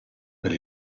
per